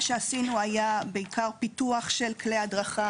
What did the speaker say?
מה שעשינו היה בעיקר פיתוח של כלי הדרכה